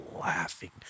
laughing